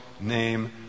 name